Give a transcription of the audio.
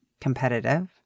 competitive